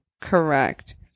Correct